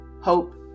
hope